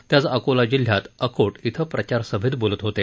ते आज अकोला जिल्ह्यात अकोट क्रं प्रचारसभेत बोलत होते